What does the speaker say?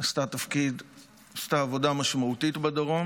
עשתה עבודה משמעותית בדרום.